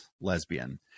lesbian